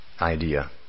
idea